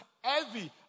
heavy